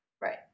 Right